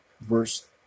verse